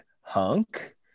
hunk